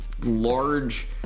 large